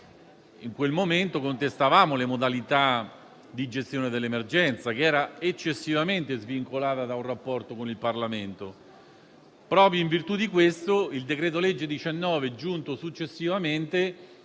In quel momento contestavamo le modalità di gestione dell'emergenza, che era eccessivamente svincolata da un rapporto con il Parlamento. Proprio in virtù di questo, il decreto-legge n. 19 giunto successivamente